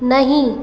नहीं